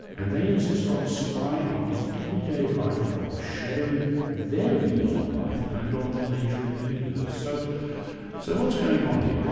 and they insist on spying on his everyday life, while sharing their views on life and on the nature of the universe. so so what's going on here?